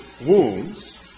wounds